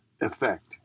effect